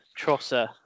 Trosser